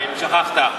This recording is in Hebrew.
אם שכחת.